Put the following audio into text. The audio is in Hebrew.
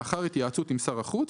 לאחר התייעצות עם שר החוץ,